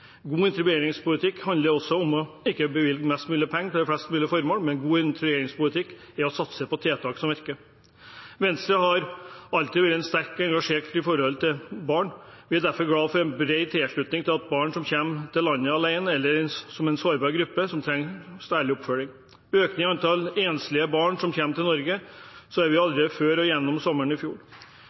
God integreringspolitikk handler også om ikke å bevilge mest mulig penger til flest mulig formål, men å satse på tiltak som virker. Venstre har alltid vært sterkt engasjert for barn. Vi er derfor glad for en bred enighet om at barn som kommer til landet alene, er en sårbar gruppe som trenger særlig oppfølging. Økningen i antall enslige barn som kommer til Norge, så vi allerede før og gjennom sommeren i fjor.